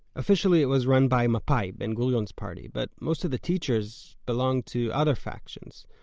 officially, it was run by mapai ben-gurion's party but most of the teachers belonged to other factions.